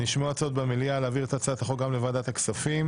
נשמעו הצעות במליאה להעביר את הצעת החוק גם לוועדת הכספים.